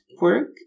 work